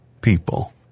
people